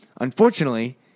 Unfortunately